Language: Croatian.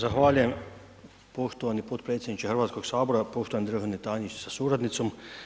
Zahvaljujem poštovani potpredsjedniče Hrvatskoga sabora, poštovani državni tajniče sa suradnicom.